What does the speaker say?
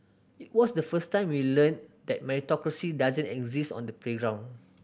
it was the first time we learnt that meritocracy doesn't exist on the playground